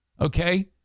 Okay